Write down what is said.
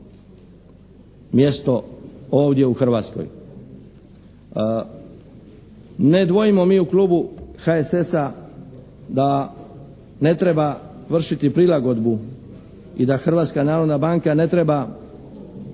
mjesto ovdje u Hrvatskoj? Ne dvojimo mi u klubu HSS-a da se ne treba vršiti prilagodbu i da Hrvatska narodna banka ne treba